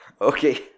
Okay